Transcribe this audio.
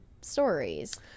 stories